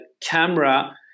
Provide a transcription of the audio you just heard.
camera